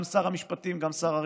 גם שר המשפטים וגם שר הרווחה.